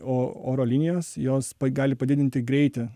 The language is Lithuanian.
o oro linijos jos gali padidinti greitį